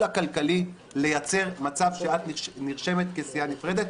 הכלכלי לייצר מצב שאת נרשמת כסיעה נפרדת,